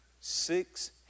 six